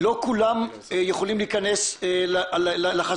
לא כולם יכולים להיכנס לחזרה.